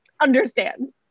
understand